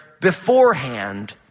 beforehand